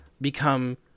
become